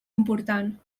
important